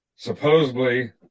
Supposedly